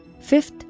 Fifth